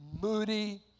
moody